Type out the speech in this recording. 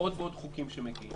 עוד ועוד חוקים שמגיעים.